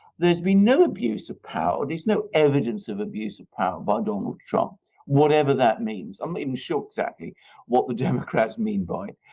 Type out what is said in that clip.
there's been no abuse of power there's no evidence of abuse of power by donald trump whatever that means i'm not even sure exactly what the democrats mean by it.